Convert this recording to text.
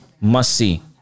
must-see